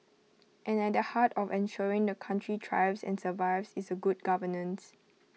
and at the heart of ensuring the country thrives and survives is A good governance